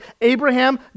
Abraham